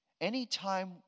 Anytime